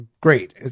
great